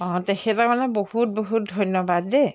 অঁ তেখেতক মানে বহুত বহুত ধন্যবাদ দেই